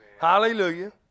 Hallelujah